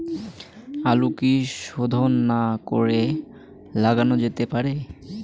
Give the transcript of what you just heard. আলু কি শোধন না করে লাগানো যেতে পারে?